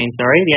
sorry